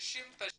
66